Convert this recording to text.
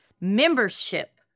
membership